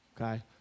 Okay